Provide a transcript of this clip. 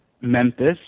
Memphis